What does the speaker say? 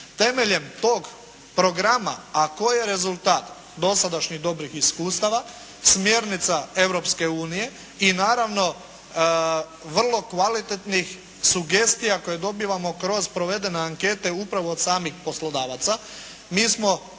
Temeljem tog programa, a koji je rezultat dosadašnjih dobrih iskustava, smjernica Europske unije i naravno vrlo kvalitetnih sugestija koje dobivamo kroz provedene ankete upravo od samih poslodavaca, mi smo